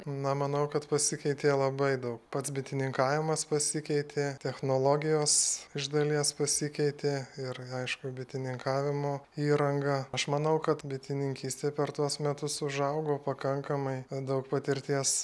na manau kad pasikeitė labai daug pats bitininkavimas pasikeitė technologijos iš dalies pasikeitė ir aišku bitininkavimo įranga aš manau kad bitininkystė per tuos metus užaugo pakankamai daug patirties